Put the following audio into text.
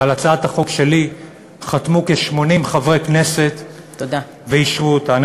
ועל הצעת החוק שלי חתמו כ-80 חברי כנסת ואישרו אותה.